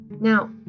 Now